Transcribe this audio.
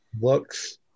looks